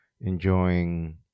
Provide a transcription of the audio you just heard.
enjoying